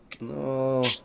No